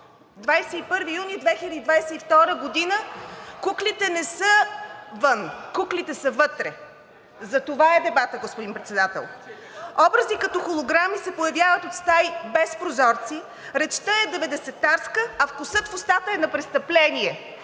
21 юни 2022 г. куклите не са вън, куклите са вътре. Затова е дебатът, господин Председател. Образи като холограми се появяват от стаи без прозорци, речта е деветдесетарска, а вкусът в устата е на престъпление.